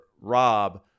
Rob